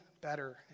better